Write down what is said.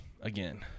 again